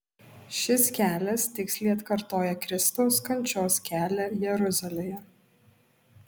šis kelias tiksliai atkartoja kristaus kančios kelią jeruzalėje